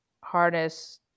harness